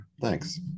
thanks